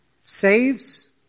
saves